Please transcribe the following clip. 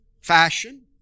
fashion